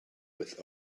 with